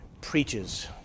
preaches